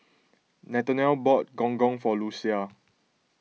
Nathanial bought Gong Gong for Lucia